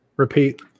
Repeat